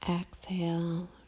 Exhale